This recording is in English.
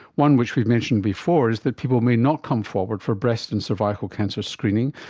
one which we've mentioned before is that people may not come forward for breast and cervical cancer screening,